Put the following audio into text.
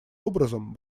образом